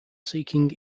seeking